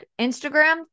Instagram